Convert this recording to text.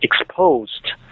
exposed